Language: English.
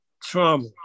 trauma